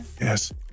yes